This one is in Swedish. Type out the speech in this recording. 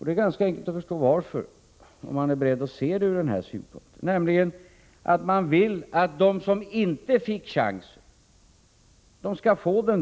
Det är ganska enkelt att förstå varför, om man är beredd att se det hela ur deras synvinkel. Man vill att de som inte fick chansen skall få den.